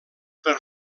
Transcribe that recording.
per